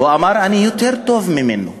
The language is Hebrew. הוא אמר: אני יותר טוב ממנו.